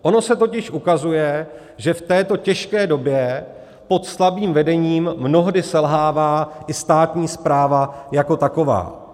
Ono se totiž ukazuje, že v této těžké době pod slabým vedením mnohdy selhává i státní správa jako taková.